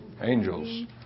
Angels